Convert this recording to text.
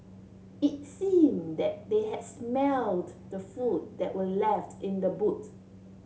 it seemed they had smelt the food that were left in the boot